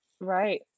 right